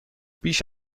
بیش